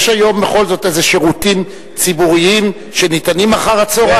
יש היום בכל זאת איזה שירותים ציבוריים שניתנים אחר-הצהריים?